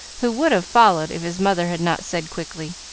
who would have followed, if his mother had not said quickly,